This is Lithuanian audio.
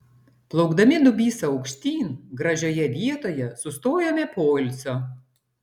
plaukdami dubysa aukštyn gražioje vietoje sustojome poilsio